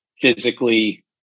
physically